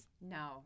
no